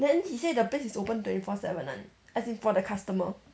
then he say the place is open twenty four seven [one] as in for the customer